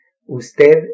usted